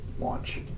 launch